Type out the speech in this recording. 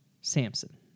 Samson